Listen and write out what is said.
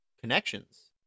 connections